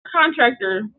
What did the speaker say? contractor